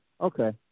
Okay